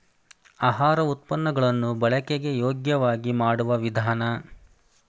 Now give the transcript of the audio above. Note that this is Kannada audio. ಆಹಾರ ಉತ್ಪನ್ನ ಗಳನ್ನು ಬಳಕೆಗೆ ಯೋಗ್ಯವಾಗಿ ಮಾಡುವ ವಿಧಾನ